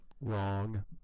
Wrong